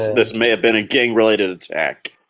this may have been a gang-related attacked